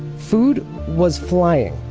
food was flying,